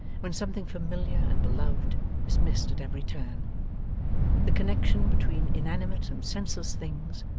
when something familiar and beloved is missed at every turn the connection between inanimate and senseless things,